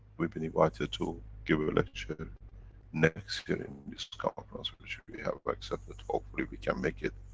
we've been invited to give a lecture next year, in this conference, which we have accepted. hopefully we can make it.